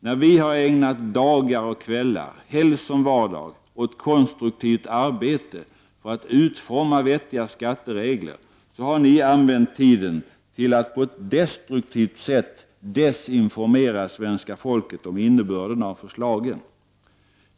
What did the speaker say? När vi har ägnat dagar och kvällar, helg som vardag, åt konstruktivt arbete för att utforma vettiga skatteregler, har ni använt tiden till att på ett destruktivt sätt desinformera svenska folket om innebörden av förslagen.